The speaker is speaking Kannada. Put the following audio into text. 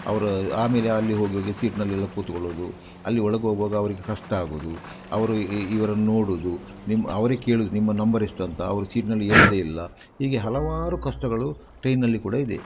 ಅವರ ಆಮೇಲೆ ಅಲ್ಲಿ ಹೋಗಿ ಹೋಗಿ ಸೀಟ್ನಲ್ಲೆಲ್ಲ ಕುತ್ಕೊಳ್ಳೋದು ಅಲ್ಲಿ ಒಳಗೆ ಹೋಗುವಾಗ ಅವ್ರಿಗೆ ಕಷ್ಟ ಆಗುವುದು ಅವರು ಇವರನ್ನು ನೋಡುವುದು ನಿಮ್ಮ ಅವರೇ ಕೇಳುದು ನಿಮ್ಮ ನಂಬರ್ ಎಷ್ಟು ಅಂತ ಅವ್ರು ಸೀಟ್ನಲ್ಲಿ ಏಳೋದೇ ಇಲ್ಲ ಹೀಗೆ ಹಲವಾರು ಕಷ್ಟಗಳು ಟ್ರೈನ್ನಲ್ಲಿ ಕೂಡ ಇದೆ